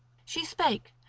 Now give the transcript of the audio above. she spake,